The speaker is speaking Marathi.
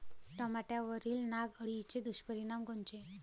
टमाट्यावरील नाग अळीचे दुष्परिणाम कोनचे?